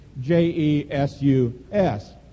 J-E-S-U-S